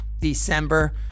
December